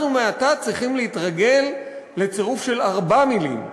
אנחנו מעתה צריכים להתרגל לצירוף של ארבע מילים,